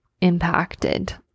impacted